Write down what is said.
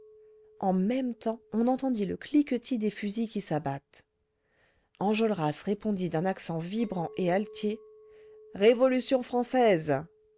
en même temps on entendit le cliquetis des fusils qui s'abattent enjolras répondit d'un accent vibrant et altier révolution française